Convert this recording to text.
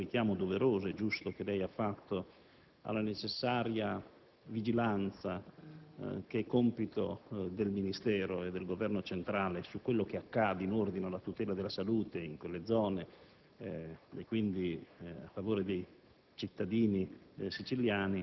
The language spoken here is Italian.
Per quanto riguarda il richiamo doveroso e giusto che lei ha fatto alla necessaria vigilanza, che è compito del Ministero e del Governo centrale, in ordine alla tutela della salute in quelle zone e quindi a favore dei